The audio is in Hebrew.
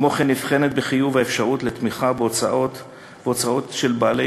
כמו כן נבחנת בחיוב האפשרות לתמיכה בהוצאות של בעלי